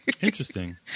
Interesting